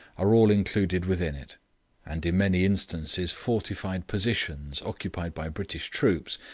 are all included within it and in many instances fortified positions, occupied by british troops,